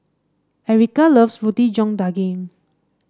Erykah loves Roti John Daging